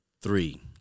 Three